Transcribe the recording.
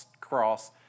cross